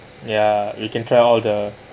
ya weu can try all the